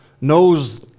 knows